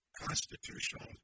constitutional